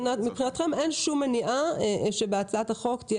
מבחינתכם אין שום מניעה שבהצעת החוק תהיה